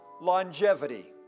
longevity